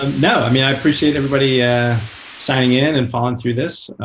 and no. i mean, i appreciate everybody signing in and following through this.